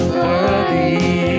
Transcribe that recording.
worthy